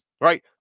right